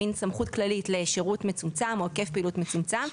מן סמכות כללית להיקף פעילות מצומצם.